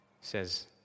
says